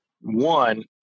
one